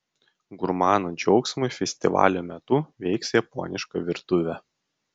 gurmanų džiaugsmui festivalio metu veiks japoniška virtuvė